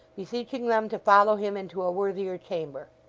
beseeching them to follow him into a worthier chamber.